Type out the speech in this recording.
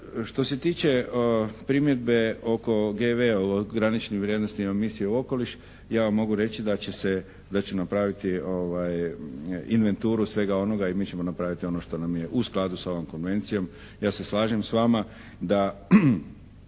Što se tiče primjedbe oko GV, graničnim vrijednostima misije u okoliš ja vam mogu reći da će se, da ću napraviti inventuru svega onoga i mi ćemo napraviti ono što nam je u skladu sa ovom Konvencijom. Ja se slažem s vama da